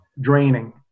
draining